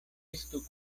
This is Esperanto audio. estu